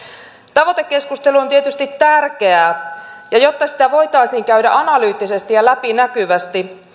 tavoitekeskustelu on tietysti tärkeää ja jotta sitä voitaisiin käydä analyyttisesti ja läpinäkyvästi